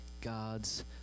God's